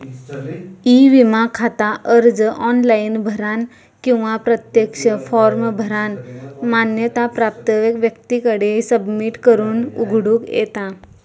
E विमा खाता अर्ज ऑनलाइन भरानं किंवा प्रत्यक्ष फॉर्म भरानं मान्यता प्राप्त व्यक्तीकडे सबमिट करून उघडूक येता